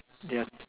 their